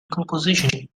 composition